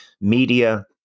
media